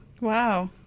Wow